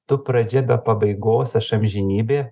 tu pradžia be pabaigos aš amžinybė